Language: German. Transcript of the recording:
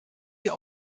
hier